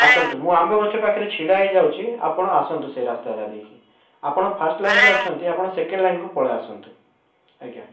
ଆସନ୍ତୁ ମୁଁ ଆମ୍ବଗଛ ପାଖରେ ଛିଡ଼ା ହୋଇଯାଉଛି ଆପଣ ଆସନ୍ତୁ ସେହି ରାସ୍ତା ଦେଇକି ଆପଣ ଫାର୍ଷ୍ଟ ଲାଇନରେ ଅଛନ୍ତି ଆପଣ ସେକେଣ୍ଡ ଲାଇନ୍ କୁ ପଳେଇ ଆସନ୍ତୁ ଆଜ୍ଞା